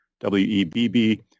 W-E-B-B